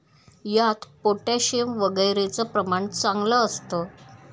यात पोटॅशियम वगैरेचं प्रमाण चांगलं असतं